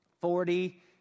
Forty